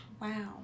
Wow